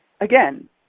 again